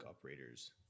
operators